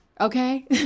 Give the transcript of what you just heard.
Okay